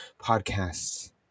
podcasts